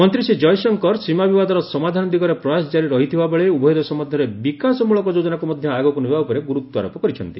ମନ୍ତ୍ରୀ ଶ୍ରୀ ଜୟଶଙ୍କର ସୀମା ବିବାଦର ସମାଧାନ ଦିଗରେ ପ୍ରୟାସ ଜାରି ରହିଥିବା ବେଳେ ଉଭୟ ଦେଶ ମଧ୍ୟରେ ବିକାଶ ମୂଳକ ଯୋଜନାକୁ ମଧ୍ୟ ଆଗକୁ ନେବା ଉପରେ ଗୁରୁତ୍ୱାରୋପ କରିଛନ୍ତି